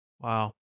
Wow